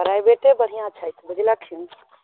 प्राइभेटे बढ़िआँ छै बुझलऽखिन